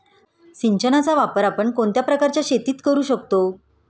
सिंचनाचा वापर आपण कोणत्या प्रकारच्या शेतीत करू शकतो?